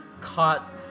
caught